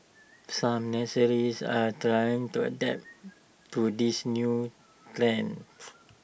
some nurseries are trying to adapt to these new trends